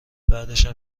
بعدش